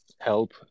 help